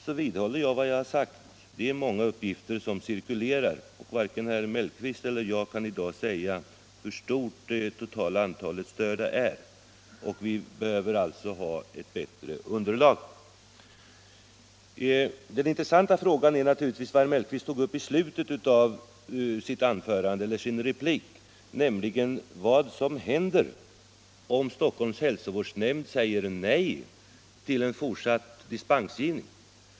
Jag vidhåller vad jag har sagt: Många uppgifter cirkulerar, och varken herr Mellqvist eller jag kan i dag säga hur stort det totala antalet störda är. Vi behöver alltså ha ett bättre underlag. Den intressanta frågan är naturligtvis den som herr Mellqvist tog upp i slutet av sin replik, nämligen vad som händer om Stockholms hälsovårdsnämnd säger nej till en fortsatt dispensgivning.